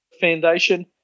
Foundation